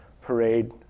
parade